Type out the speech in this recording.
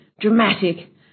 dramatic